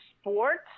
sports